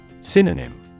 Synonym